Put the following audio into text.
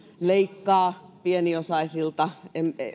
leikkaa pieniosaisilta